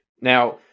Now